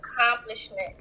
accomplishment